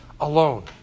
alone